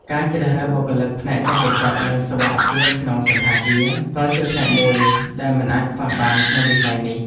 ការជ្រើសរើសបុគ្គលិកផ្នែកសន្តិសុខ និងសុវត្ថិភាពក្នុងសណ្ឋាគារក៏ជាផ្នែកមួយដែលមិនអាចខ្វះបានក្នុងវិស័យនេះ។